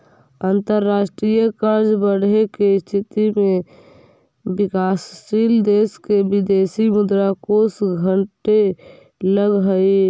अंतरराष्ट्रीय कर्ज बढ़े के स्थिति में विकासशील देश के विदेशी मुद्रा कोष घटे लगऽ हई